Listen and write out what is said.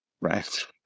right